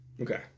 Okay